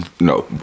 no